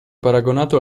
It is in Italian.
paragonato